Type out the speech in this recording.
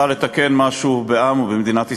באה לתקן משהו בעם ובמדינת ישראל.